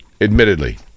admittedly